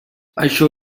això